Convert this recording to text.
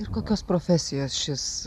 ir kokios profesijos šis